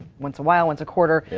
once awhile, once a quarter,